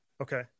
Okay